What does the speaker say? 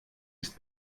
ist